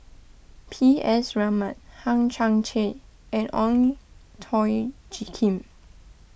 P S Raman Hang Chang Chieh and Ong Tjoe Kim